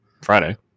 Friday